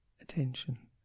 attention